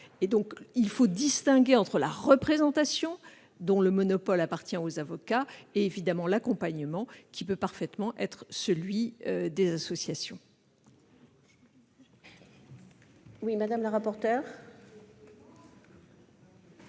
donc de distinguer la représentation, dont le monopole appartient aux avocats, et l'accompagnement, qui peut parfaitement être exercé par les associations.